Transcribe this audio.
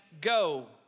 go